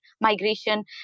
migration